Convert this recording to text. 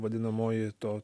vadinamoji to